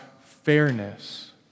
fairness